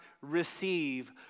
receive